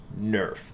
nerf